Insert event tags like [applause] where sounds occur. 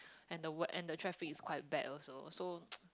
and the wea~ and the traffic is quite bad also so [noise]